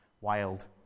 wild